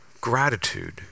gratitude